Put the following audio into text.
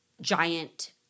Giant